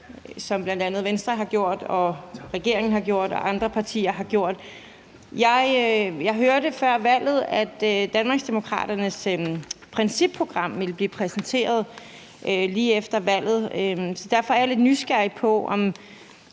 som bl.a. Venstre har gjort og regeringen har gjort og andre partier har gjort. Jeg hørte før valget, at Danmarksdemokraternes principprogram ville blive præsenteret lige efter valget. Derfor er jeg lidt nysgerrig på,